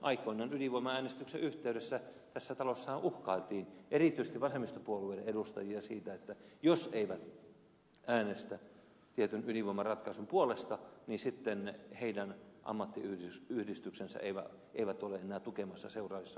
aikoinaan ydinvoimaäänestyksen yhteydessä tässä talossahan uhkailtiin erityisesti vasemmistopuolueiden edustajia sillä että jos eivät äänestä tietyn ydinvoimaratkaisun puolesta niin sitten heidän ammattiyhdistyksensä eivät ole enää tukemassa seuraavissa vaaleissa